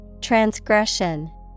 Transgression